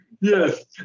Yes